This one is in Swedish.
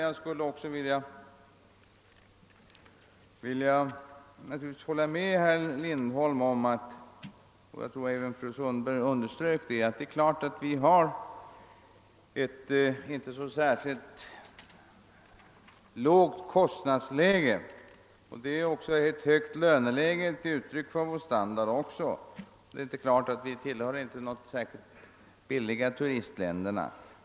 Jag vill hålla med herr Lindholm om — och jag tror även fru Sundberg underströk den synpunkten — att kostnadsläget i vårt land inte är särskilt turistfrämjande. Vi har ett högt löneläge, något som är ett uttryck för vår höga standard. Sverige tillhör alltså inte de billiga turistländerna.